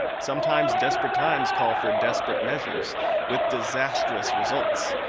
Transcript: sometimes desperate times call for desperate measures with disastrous results.